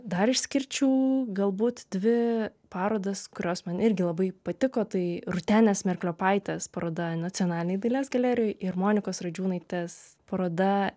dar išskirčiau galbūt dvi parodas kurios man irgi labai patiko tai rūtenės merkliopaitės paroda nacionalinėj dailės galerijoj ir monikos radžiūnaitės paroda